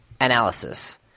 analysis